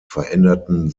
veränderten